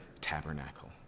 tabernacle